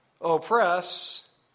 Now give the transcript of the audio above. oppress